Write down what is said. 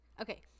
Okay